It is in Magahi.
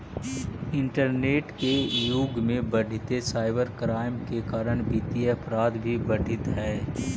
इंटरनेट के युग में बढ़ीते साइबर क्राइम के कारण वित्तीय अपराध भी बढ़ित हइ